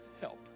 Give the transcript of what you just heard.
help